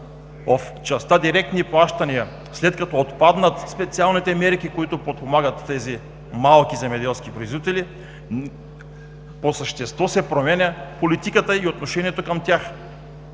в частта „Директни плащания“, след като отпаднат специалните мерки, които подпомагат тези малки земеделски производители, по същество се променя политиката и отношението към тях.